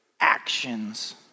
actions